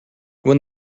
when